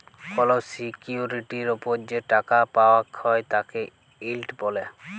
call সিকিউরিটির ওপর যে টাকা পাওয়াক হ্যয় তাকে ইল্ড ব্যলে